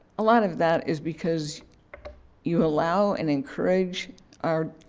a lot of that is because you allow and encourage our